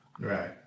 Right